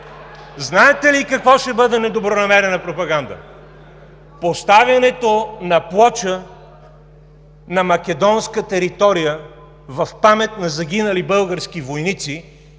Знаете ли какво ще бъде недобронамерена пропаганда? Поставянето на плоча на македонска територия в памет на загинали български войници